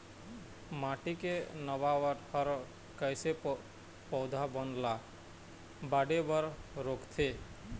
माटी के बनावट हर कइसे पौधा बन ला बाढ़े बर रोकथे?